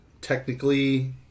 technically